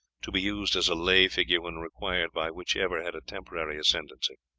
to be used as a lay figure when required by whichever had a temporary ascendency.